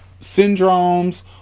syndromes